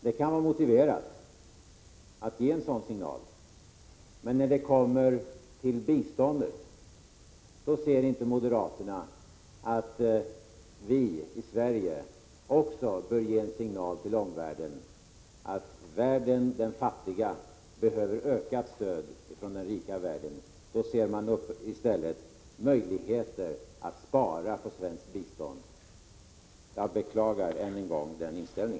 Det kan vara motiverat att ge en sådan signal. Men när det kommer till biståndet ser inte moderaterna att vi i Sverige också bör ge en signal till omvärlden att den fattiga världen behöver ökat stöd från den rika världen. De ser i stället möjligheter att spara på svenskt bistånd. Jag beklagar än en gång denna inställning.